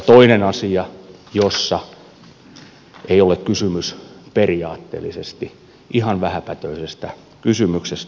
toinen asia jossa ei ole kysymys periaatteellisesti ihan vähäpätöisestä kysymyksestä